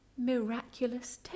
miraculous